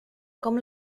com